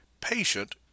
patient